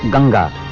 and